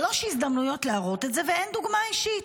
הזדמנויות להראות את זה, ואין דוגמה אישית.